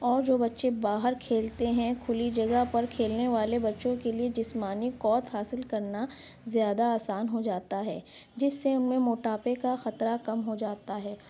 اور جو بچے باہر کھیلتے ہیں کھلی جگہ پر کھیلنے والے بچوں کے لیے جسمانی قوت حاصل کرنا زیادہ آسان ہو جاتا ہے جس سے ان میں موٹاپے کا خطرہ کم ہو جاتا ہے